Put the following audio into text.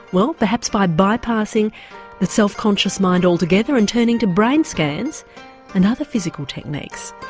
well perhaps by bypassing the self conscious mind altogether and turning to brain scans and other physical techniques.